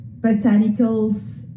botanicals